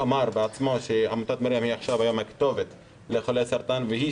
בעצמו כי עמותת מרים היא היום הכתובת לחולי סרטן והיא